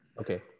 Okay